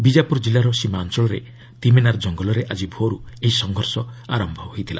ବିଜାପୁର ଜିଲ୍ଲାର ସୀମା ଅଞ୍ଚଳରେ ତିମେନାର ଜଙ୍ଗଲରେ ଆଜି ଭୋରୁ ଏହି ସଂଘର୍ଷ ଆରମ୍ଭ ହୋଇଥିଲା